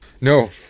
No